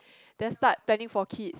then start planning for kids